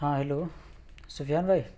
ہاں ہیلو سفیان بھائی